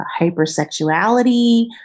hypersexuality